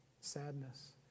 sadness